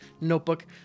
notebook